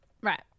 Right